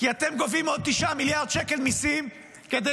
כי אתם גובים עוד 9 מיליארד שקל מיסים כדי